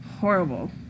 horrible